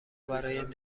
برایم